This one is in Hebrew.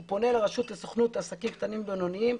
הוא פונה לרשות לסוכנות לעסקים קטנים ובינוניים,